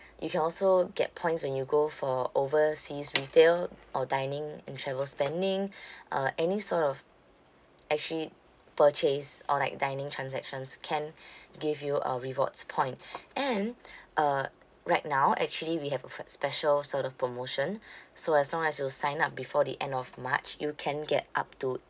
you can also get points when you go for overseas retail or dining and travel spending uh any sort of actually purchase or like dining transactions can give you uh rewards point and uh right now actually we have a fa~ special sort of promotion so as long as you sign up before the end of march you can get up to